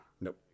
nope